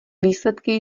výsledky